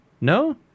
No